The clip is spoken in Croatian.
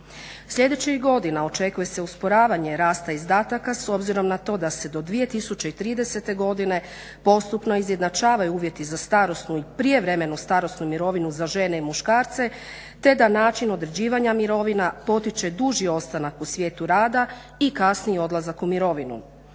Sljedećih godina očekuje se usporavanje rasta izdataka s obzirom na to da se do 2030. godine postupno izjednačavaju uvjeti za starosnu i prijevremenu starosnu mirovinu za žene i muškarce, te da način određivanja mirovina potiče duži ostanak u svijetu rada i kasniji odlazak u mirovinu.